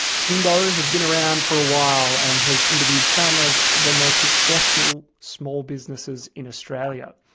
timbo has been around for a while and has interviewed some of the most successful small businesses in australia.